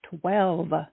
twelve